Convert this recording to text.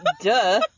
Duh